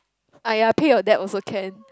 !aiya! pay your debt also can